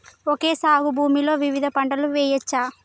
Okay సాగు భూమిలో వివిధ పంటలు వెయ్యచ్చా?